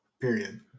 Period